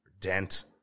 Dent